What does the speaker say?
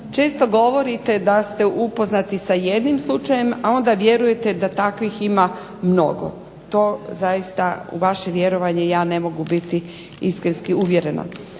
Često govorite da ste upoznati sa jednim slučajem, a onda vjerujete da takvih ima mnogo. To zaista u vaše vjerovanje ja ne mogu biti istinski uvjerena.